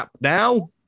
now